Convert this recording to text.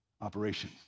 operation